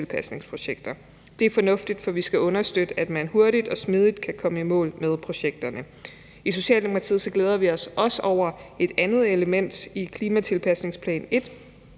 Det er fornuftigt, for vi skal understøtte, at man hurtigt og smidigt kan komme i mål med projekterne. I Socialdemokratiet glæder vi os også over et andet element i klimatilpasningsplan 1,